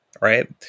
right